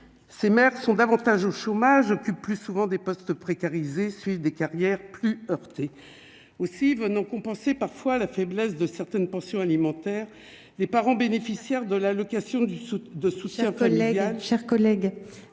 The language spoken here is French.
ces mères sont davantage au chômage occupent plus souvent des postes précarisés suite des carrières plus heurtées. Aussi venant compenser parfois la faiblesse de certaines pensions alimentaires, les parents bénéficiaires de la le. Question du